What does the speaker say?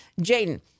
Jaden